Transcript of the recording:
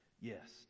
Yes